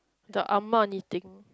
the ah-ma knitting